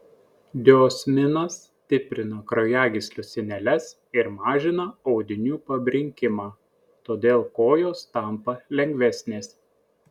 diosminas stiprina kraujagyslių sieneles ir mažina audinių pabrinkimą todėl kojos tampa lengvesnės